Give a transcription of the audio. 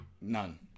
None